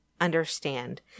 understand